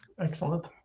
Excellent